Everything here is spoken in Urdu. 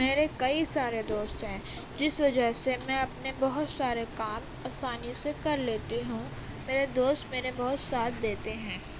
میرے کئی سارے دوست ہیں جس وجہ سے میں اپنے بہت سارے کام اسانی سے کر لیتی ہوں میرے دوست میرے بہت ساتھ دیتے ہیں